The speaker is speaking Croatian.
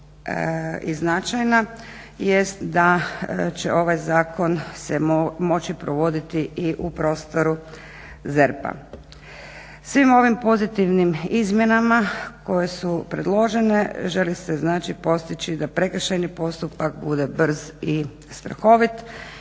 i značajna jest da će ovaj zakon se moći provoditi i u prostoru ZERP-a. Svim ovim pozitivnim izmjenama koje su predložene želi se znači postići da prekršajni postupak bude brz i svrhovit